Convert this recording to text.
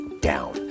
down